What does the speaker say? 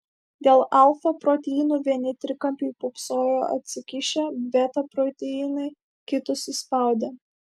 dėl alfa proteinų vieni trikampiai pūpsojo atsikišę beta proteinai kitus įspaudė